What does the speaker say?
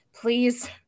Please